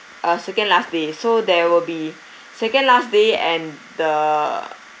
uh second last day so there will be second last day and the